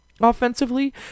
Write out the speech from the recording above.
offensively